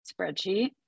spreadsheet